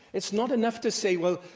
it's not enough to say, well,